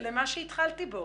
למה שהתחלתי בו.